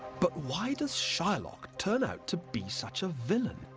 but why does shylock turn out to be such a villain,